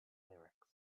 lyrics